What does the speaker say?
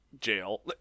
jail